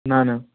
ନା ନା